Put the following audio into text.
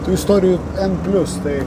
tų istorijų en plius tai